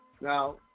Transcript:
Now